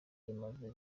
yamaze